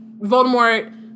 Voldemort